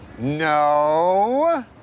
No